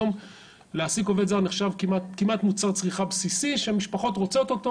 היום להשיג עובד זר נחשב כמעט מוצר צריכה בסיסי שמשפחות רוצות אותו